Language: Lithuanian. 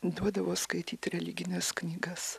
duodavo skaityti religines knygas